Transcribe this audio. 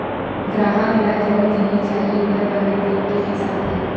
गराहक ल जउन जिनिस चाही ओला बने देख के बिसाथे